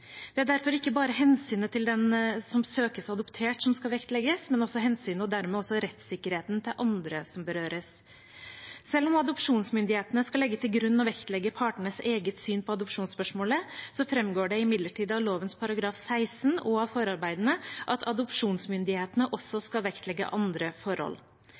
Det er derfor ikke bare hensynet til den som søkes adoptert, som skal vektlegges, men også hensynet og dermed også rettssikkerheten til andre som berøres. Selv om adopsjonsmyndighetene skal legge til grunn å vektlegge partenes eget syn på adopsjonsspørsmålet, framgår det av lovens § 16 og av forarbeidene at adopsjonsmyndighetene også skal vektlegge andre forhold.